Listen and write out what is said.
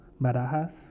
Barajas